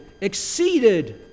exceeded